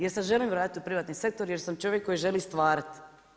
Jer se želim vratiti u privatni sektor, jer sam čovjek koji želi stvarati.